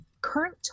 current